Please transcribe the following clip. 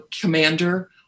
commander